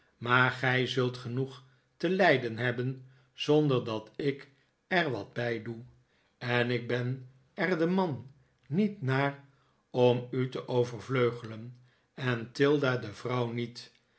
maar gij zult genoeg te lijden hebben zonder dat ik er wat bij doe en ik ben er de man niet naar om u te overvleugelen en tilda de vrouw niet